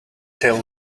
tell